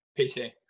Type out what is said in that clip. PC